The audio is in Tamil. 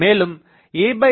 மேலும் a00